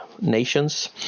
nations